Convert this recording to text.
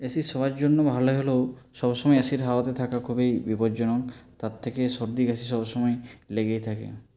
AC শোওয়ার জন্য ভালো হলেও সব সময় এসির হাওয়াতে থাকাটা খুবই বিপজ্জনক তার থেকে সর্দিকাশি সব সময় লেগেই থাকে